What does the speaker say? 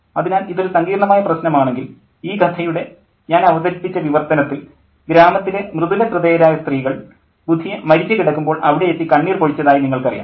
അതിനാൽ ഇതൊരു സങ്കീർണ്ണമായ പ്രശ്നമാണെങ്കിൽ ഈ കഥയുടെ ഞാൻ അവതരിപ്പിച്ച വിവർത്തനത്തിൽ ഗ്രാമത്തിലെ 'മൃദുലഹൃദയരായ സ്ത്രീകൾ' ബുധിയ മരിച്ചു കിടക്കുമ്പോൾ അവിടെയെത്തി കണ്ണീർ പൊഴിച്ചതായി നിങ്ങൾക്കറിയാം